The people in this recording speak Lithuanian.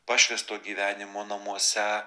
pašvęsto gyvenimo namuose